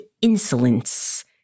insolence